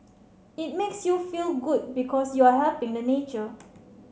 it makes you feel good because you're helping the nature